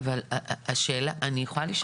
אני יכולה לשאול שאלה תוך כדי שהיא מסבירה?